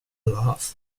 laugh